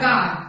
God